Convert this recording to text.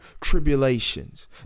tribulations